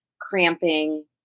cramping